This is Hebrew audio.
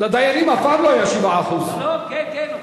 לדיינים אף פעם לא היה 7%. כן, כן.